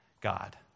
God